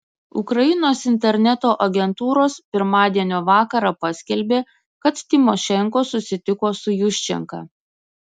ukrainos interneto agentūros pirmadienio vakarą paskelbė kad tymošenko susitiko su juščenka